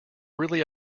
really